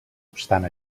obstant